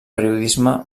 periodisme